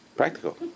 Practical